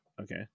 Okay